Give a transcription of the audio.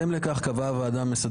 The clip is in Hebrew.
קבוע.